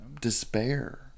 despair